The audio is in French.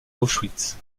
auschwitz